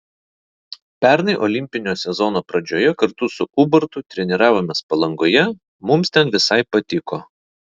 pernai olimpinio sezono pradžioje kartu su ubartu treniravomės palangoje mums ten visai patiko